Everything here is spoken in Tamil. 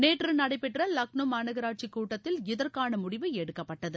நேற்று நடைபெற்ற லக்னோ மாநகராட்சி கூட்டத்தில் இதற்கான முடிவு எடுக்கப்பட்டது